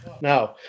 No